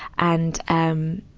and, um,